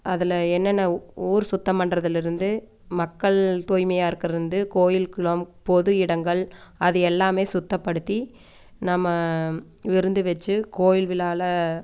அதில் என்னன்ன ஊர் சுத்தம் பண்ணுறதுலருந்து மக்கள் தூய்மையாக இருக்கிறது வந்து கோயில் குளம் பொது இடங்கள் அது எல்லாம் சுத்தப்படுத்தி நம்ம விருந்து வெச்சு கோயில் விழாவில்